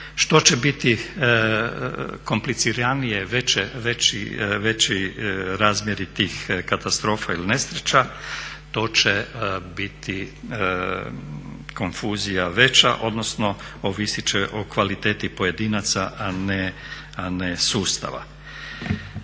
Što će biti kompliciranije, veći razmjeri tih katastrofa ili nesreća, to će biti konfuzija veća, odnosno ovisit će o kvaliteti pojedinaca a ne sustava.